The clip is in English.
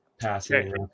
passing